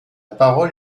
parole